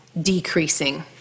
decreasing